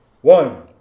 One